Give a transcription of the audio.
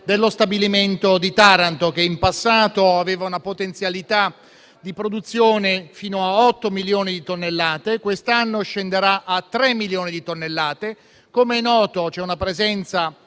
che lo stabilimento in passato aveva una potenzialità di produzione fino a 8 milioni di tonnellate; quest'anno scenderà a 3 milioni di tonnellate. Come è noto, c'è la presenza